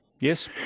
Yes